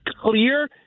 clear